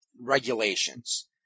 regulations